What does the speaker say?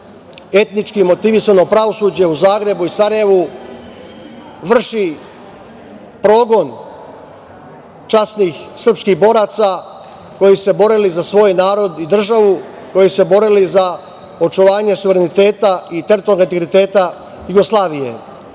etnički motivisano pravosuđe u Zagrebu i Sarajevu vršu progon časnih srpskih boraca koji su se borili za svoj narod i državu, koji su se borili za očuvanje suvereniteta i teritorijalnog integriteta Jugoslavije.